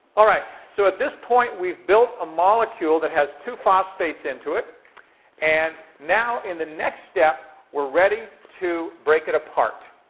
so at this point, we've built a molecule that has two phosphates into it and, now, in the next step, we're ready to break it apart.